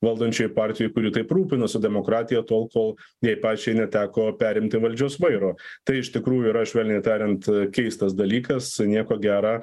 valdančioj partijoj kuri taip rūpinasi demokratija tol kol jai pačiai neteko perimti valdžios vairo tai iš tikrųjų yra švelniai tariant keistas dalykas nieko gera